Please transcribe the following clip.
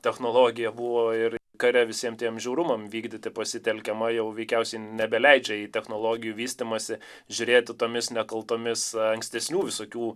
technologija buvo ir kare visiems tiems žiaurumams vykdyti pasitelkiama jau veikiausiai nebeleidžia į technologijų vystymąsi žiūrėti tomis nekaltomis ankstesnių visokių